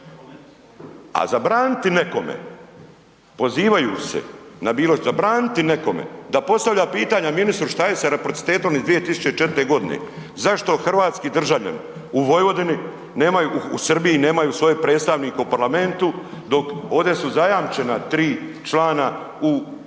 A zabraniti nekome pozivajući se, zabraniti nekome da postavlja pitanja ministru šta je sa reciprocitetom iz 2004. g., zašto hrvatski državljani u Vojvodini nemaju, u Srbiji, svoje predstavnike u parlamentu dok ovdje su zajamčena tri člana u